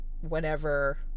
whenever